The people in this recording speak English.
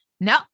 no